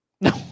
No